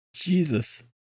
Jesus